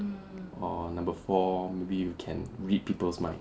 or number four maybe you can read people's mind